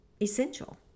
essential